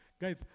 Guys